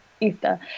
easter